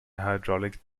hydraulic